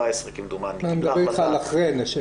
כמדומני --- אני מדבר איתך על אחרי.